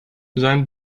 sein